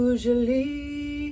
Usually